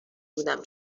بودم